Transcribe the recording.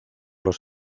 los